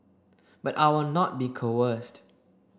but I will not be coerced